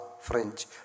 French